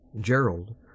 gerald